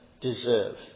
deserve